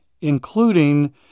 including